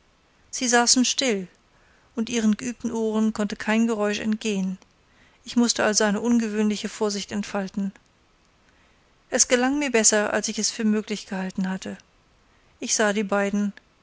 sie saßen still und ihren geübten ohren konnte kein geräusch entgehen ich mußte also eine ungewöhnliche vorsicht entfalten es gelang mir besser als ich es für möglich gehalten hatte ich sah die beiden